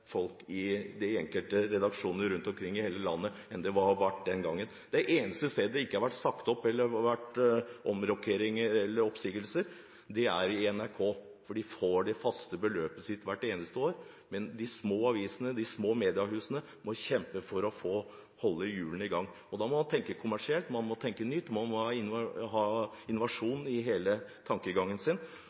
folk i de enkelte redaksjoner rundt omkring i hele landet enn under Arbeiderpartiets tid i regjering. Det eneste stedet det ikke har blitt omrokeringer eller oppsigelser, er i NRK, for de får det faste beløpet sitt hvert eneste år. Men de små avisene og de små mediehusene må kjempe for å holde hjulene i gang. Da må man tenke kommersielt, man må tenke nytt, man må ha innovasjon i hele tankegangen sin,